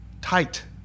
tight